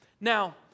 Now